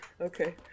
okay